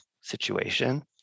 situation